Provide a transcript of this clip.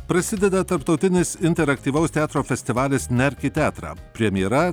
prasideda tarptautinis interaktyvaus teatro festivalis nerk į teatrą premjera